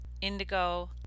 indigo